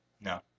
No